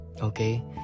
Okay